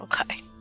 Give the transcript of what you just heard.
Okay